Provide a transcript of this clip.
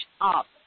up